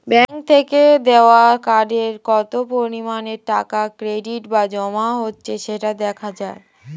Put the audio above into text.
bank থেকে দেওয়া কার্ডে কত পরিমাণে টাকা ক্রেডিট বা জমা হচ্ছে সেটা দেখা যায়